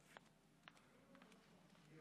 אדוני